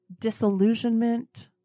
disillusionment